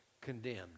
condemned